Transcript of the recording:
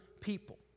people